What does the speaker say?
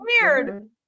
weird